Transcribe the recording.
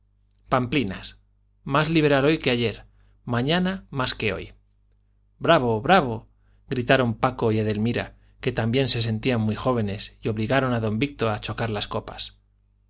pamplinas más liberal hoy que ayer mañana más que hoy bravo bravo gritaron paco y edelmira que también se sentían muy jóvenes y obligaron a don víctor a chocar las copas